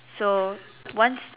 so once